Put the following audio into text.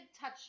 touch